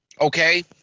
Okay